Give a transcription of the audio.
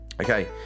Okay